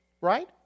Right